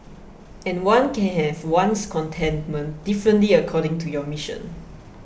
and one can have one's contentment differently according to your mission